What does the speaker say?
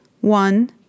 One